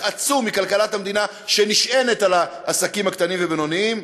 עצום מכלכלת המדינה שנשען על העסקים הקטנים והבינוניים.